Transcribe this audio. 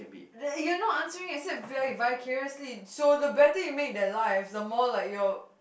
there you are not answering except by vicarously so the better you make their life the more like your